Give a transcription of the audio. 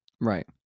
Right